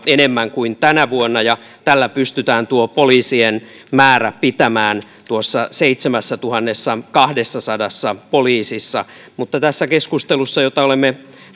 enemmän kuin tänä vuonna ja tällä pystytään poliisien määrä pitämään seitsemässätuhannessakahdessasadassa poliisissa tässä keskustelussa jota olemme